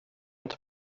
inte